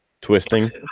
twisting